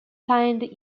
signed